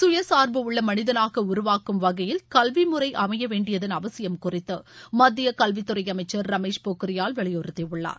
சுயசார்பு உள்ள மனிதனாக உருவாக்கும் வகையில் கல்வி முறை அமைய வேண்டியதன் அவசியம் குறித்து மத்திய கல்வித் துறை அமைச்சர் ரமேஷ் பொக்ரியால் வலியுறுத்தி உள்ளார்